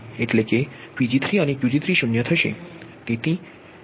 એટલે Pg3 અને Qg3 શૂન્ય થશે